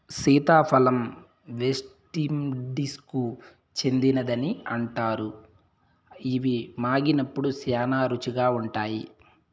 సీతాఫలం వెస్టిండీస్కు చెందినదని అంటారు, ఇవి మాగినప్పుడు శ్యానా రుచిగా ఉంటాయి